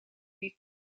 die